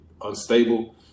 unstable